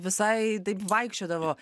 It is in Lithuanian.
visai taip vaikščiodavo